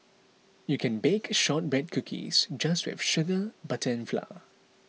you can bake Shortbread Cookies just with sugar butter and flour